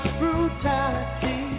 brutality